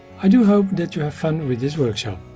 i do hope that you have fun with this workshop.